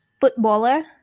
Footballer